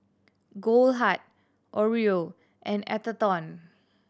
Goldheart Oreo and Atherton